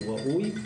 הוא ראוי,